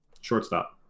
shortstop